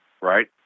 Right